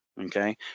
Okay